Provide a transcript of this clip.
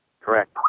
Correct